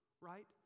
Right